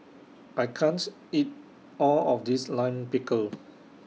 I can't eat All of This Lime Pickle